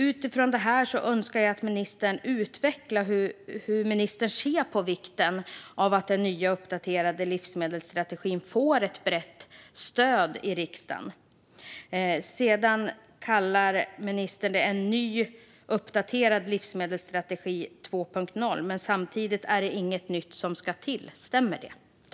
Utifrån detta önskar jag att ministern utvecklar hur han ser på vikten av att den nya, uppdaterade livsmedelsstrategin får ett brett stöd i riksdagen. Ministern kallar detta för en ny, uppdaterad livsmedelsstrategi, eller livsmedelsstrategin 2.0, men samtidigt är det inget nytt som ska till. Stämmer det?